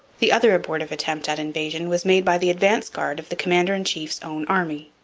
the other abortive attempt at invasion was made by the advance-guard of the commander-in-chief's own army.